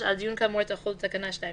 (2)הדיון יתקיים בנוכחות באי כוח הצדדים,